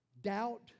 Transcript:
doubt